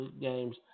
games